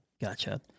Gotcha